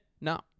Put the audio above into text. No